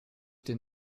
den